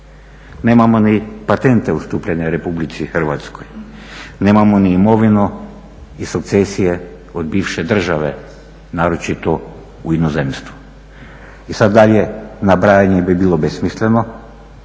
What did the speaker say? Nemamo ni patente ustupljene Republici Hrvatskoj, nemamo ni imovinu i sukcesije od bivše države, naročito u inozemstvu. I sad dalje nabrajanje bi bilo besmisleno,